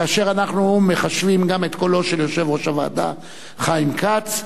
ואנחנו מחשבים גם את קולו של יושב-ראש הוועדה חיים כץ,